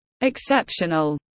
Exceptional